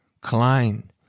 Klein